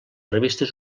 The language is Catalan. revistes